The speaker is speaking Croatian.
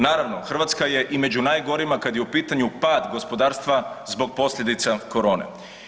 Naravno, Hrvatska je i među najgorima kada je u pitanju pad gospodarstva zbog posljedica korone.